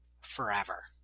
forever